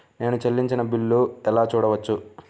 నేను చెల్లించిన బిల్లు ఎలా చూడవచ్చు?